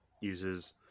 uses